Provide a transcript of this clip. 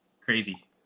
crazy